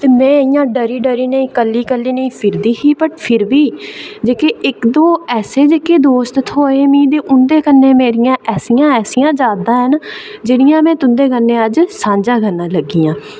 ते में इंया डरी डरी नेईं कल्ली कल्ली नेईं फिरदी ही वट् फिर बी जेह्के इक्क दौ ऐसे दोस्त थ्होए ते उंदे कन्नै मेरियां ऐसियां यादां हैन जेह्ड़ियां अज्ज में तुं'दे कन्नै सांझा करन लगी आं